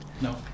No